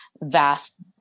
vast